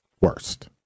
worst